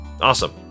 Awesome